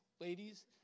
ladies